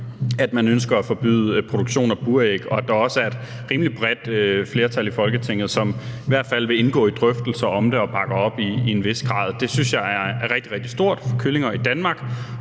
at man ønsker at forbyde produktion af buræg, og at der også er et rimelig bredt flertal i Folketinget, som i hvert fald vil indgå i drøftelser om det og bakker op i en vis grad. Det synes jeg er rigtig, rigtig stort for kyllinger i Danmark,